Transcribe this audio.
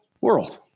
world